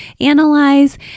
analyze